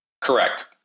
Correct